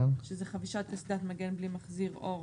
שזה חבישת קסדת מגן בלי מחזיר אור,